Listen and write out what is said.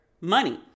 money